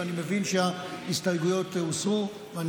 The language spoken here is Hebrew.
ואני מבין שההסתייגויות הוסרו.